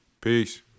Peace